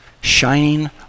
shining